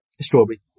Strawberry